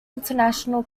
international